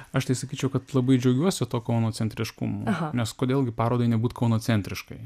aš tai sakyčiau kad labai džiaugiuosi tuo kauno centriškumu nes kodėl gi parodai nebūti kaunocentriškai